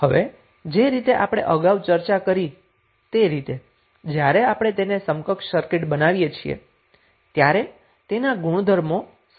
હવે જે રીતે આપણે અગાઉ ચર્ચા કરી તે રીતે જ્યારે આપણે તેને સમકક્ષ સર્કિટ બનાવીએ છીએ ત્યારે તેના ગુણધર્મો સમાન રહે છે